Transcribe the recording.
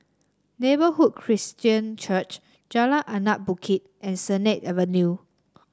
Neighbourhood Christian Church Jalan Anak Bukit and Sennett Avenue